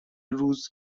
روز